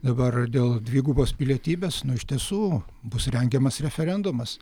dabar dėl dvigubos pilietybės nu iš tiesų bus rengiamas referendumas